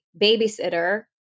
babysitter